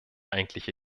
eigentliche